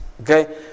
okay